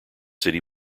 city